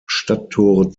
stadttore